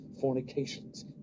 fornications